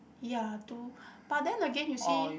ya two but then again you see